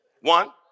One